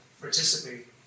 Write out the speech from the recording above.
participate